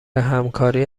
همکاری